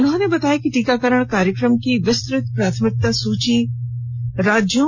उन्होंने बताया कि टीकाकरण कार्यक्रम की विस्तृत प्राथमिकता सूची राज्यों